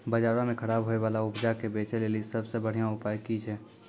बजारो मे खराब होय बाला उपजा के बेचै लेली सभ से बढिया उपाय कि छै?